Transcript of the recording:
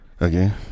Again